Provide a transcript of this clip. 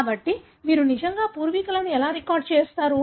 కాబట్టి మీరు నిజంగా పూర్వీకులను ఎలా రికార్డ్ చేస్తారు